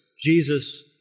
Jesus